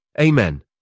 Amen